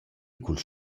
culs